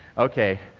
ok.